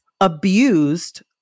abused